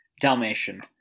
Dalmatian